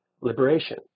liberation